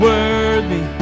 Worthy